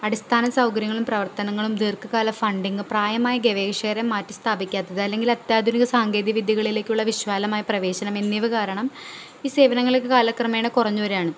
അടിസ്ഥാന സൗകര്യങ്ങളും പ്രവർത്തനങ്ങളും ദീർഘ കാല ഫണ്ടിങ്ങ് പ്രായമായ ഗവേഷകരെ മാറ്റി സ്ഥാപിക്കാത്തത് അല്ലെങ്കിൽ അത്യാധുനിക സാങ്കേതിക വിദ്യകളിലേക്കുള്ള വിശാലമായ പ്രവേശനം എന്നിവ കാരണം ഈ സേവനങ്ങളൊക്കെ കാലക്രമേണ കുറഞ്ഞ് വരികയാണ്